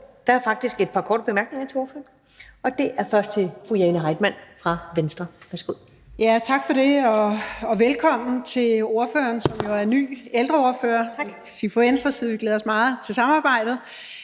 Der er faktisk et par korte bemærkninger til ordføreren. Det er først til fru Jane Heitmann fra Venstre. Værsgo. Kl. 19:58 Jane Heitmann (V): Tak for det, og velkommen til ordføreren, som jo er ny ældreordfører. Jeg kan sige, at vi fra Venstres side glæder os meget til samarbejdet.